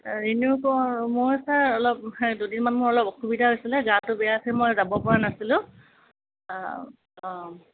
renew মই sir অলপ দুদিনমান অলপ অসুবিধা হৈছিলে গাটো বেয়া আছিল মই যাব পৰা নাছিলো অঁ